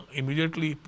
immediately